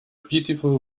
beautiful